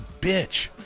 bitch